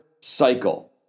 cycle